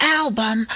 album